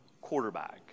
quarterback